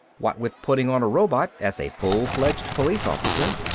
what with putting on a robot as a full-fledged police officer.